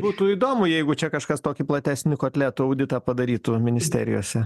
būtų įdomu jeigu čia kažkas tokį platesnį kotletų auditą padarytų ministerijose